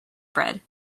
bread